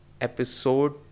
episode